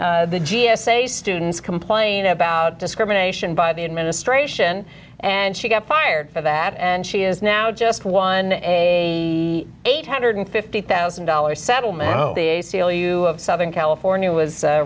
the g s a students complain about discrimination by the administration and she got fired for that and she is now just won a eight hundred fifty thousand dollars settlement the a c l u of southern california was